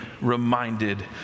reminded